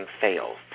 fails